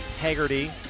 Haggerty